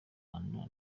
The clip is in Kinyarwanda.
rwanda